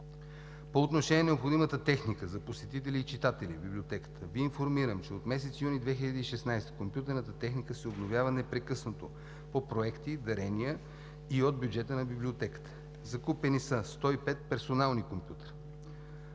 По отношение на необходимата техника за посетители и читатели в Библиотеката Ви информирам, че от месец юни 2016 г. компютърната техника се обновява непрекъснато – по проекти, дарения и от бюджета на Библиотеката са закупени 105 персонални компютъра,